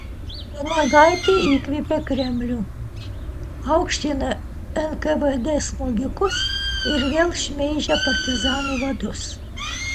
vanagaitė įkvėpė kremlių aukština nkvd smogikus ir vėl šmeižia partizanų vadus